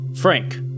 Frank